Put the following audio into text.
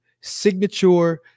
signature